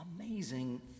amazing